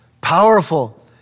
Powerful